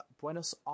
Buenos